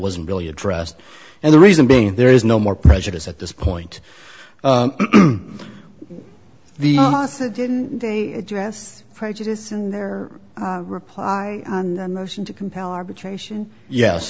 wasn't really addressed and the reason being there is no more prejudice at this point the didn't they dress prejudice in their reply motion to compel arbitration yes